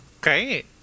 great